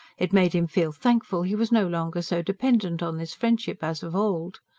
it made him feel thankful he was no longer so dependent on this friendship as of old.